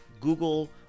Google